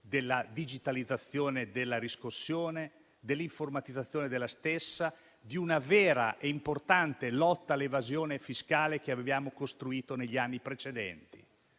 della digitalizzazione della riscossione, dell'informatizzazione della stessa, di una vera e importante lotta all'evasione fiscale che abbiamo costruito negli anni precedenti.